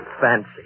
Fancy